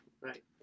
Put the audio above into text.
Right